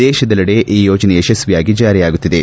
ದೇಶದೆಲ್ಲಡೆ ಈ ಯೋಜನೆ ಯಶ್ನಿಯಾಗಿ ಜಾರಿಯಾಗುತ್ತಿದೆ